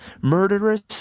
murderous